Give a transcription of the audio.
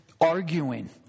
arguing